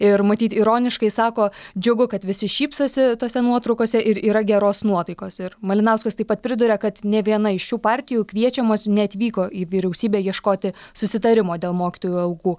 ir matyt ironiškai sako džiugu kad visi šypsosi tose nuotraukose ir yra geros nuotaikos ir malinauskas taip pat priduria kad nė viena iš šių partijų kviečiamos neatvyko į vyriausybę ieškoti susitarimo dėl mokytojų algų